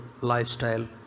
lifestyle